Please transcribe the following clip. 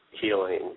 Healing